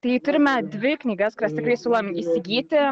tai turime dvi knygas kurias tikrai siūlom įsigyti